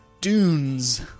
Dunes